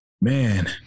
man